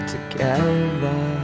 Together